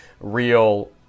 real